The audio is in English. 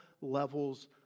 levels